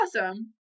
awesome